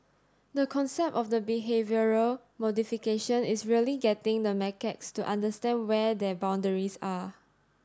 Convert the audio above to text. the concept of the behavioural modification is really getting the macaques to understand where their boundaries are